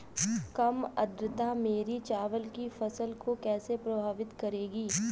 कम आर्द्रता मेरी चावल की फसल को कैसे प्रभावित करेगी?